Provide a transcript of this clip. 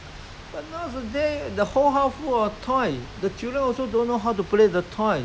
!huh! so they don't I mean they 不会爱惜这些东西